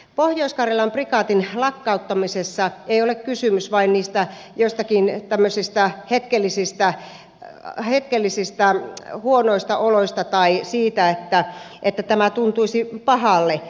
pohjois karjalan prikaatin lakkauttamisessa ei ole kysymys vain joistakin tämmöisistä hetkellisistä huonoista oloista tai siitä että tämä tuntuisi pahalta